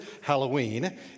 Halloween